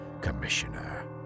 Commissioner